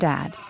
Dad